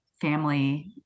family